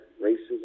races